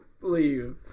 leave